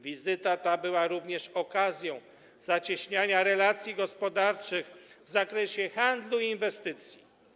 Wizyta ta była również okazją do zacieśniania relacji gospodarczych w zakresie handlu i inwestycji.